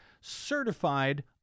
certified